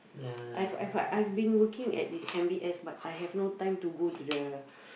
I have I have I have been working at this M_B_S but I have no time to go to the